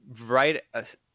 right